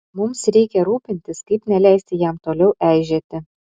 mums reikia rūpintis kaip neleisti jam toliau eižėti